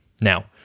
Now